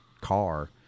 car